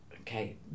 okay